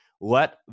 let